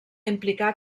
implicar